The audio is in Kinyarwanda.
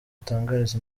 atangariza